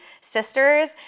sisters